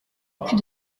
cul